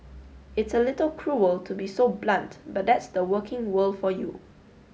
it's a little cruel to be so blunt but that's the working world for you